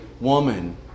woman